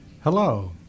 Hello